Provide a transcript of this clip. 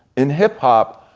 and hip hop,